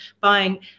buying